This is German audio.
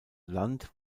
land